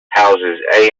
houses